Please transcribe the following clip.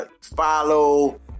Follow